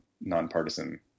nonpartisan